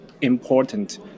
important